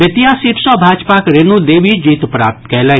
Bettiah seat सॅ भाजपाक रेणु देवी जीत प्राप्त कयलनि